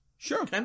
Sure